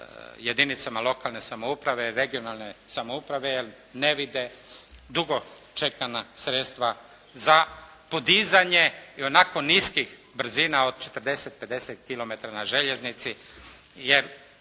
jedinicama lokalne samouprave ili regionalne samouprave jer ne vide, dugo čekana sredstva za podizanje ionako niskih brzina od 40, 50 kilometara na željeznici, jer